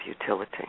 utility